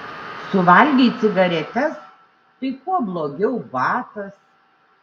suvalgei cigaretes tai kuo blogiau batas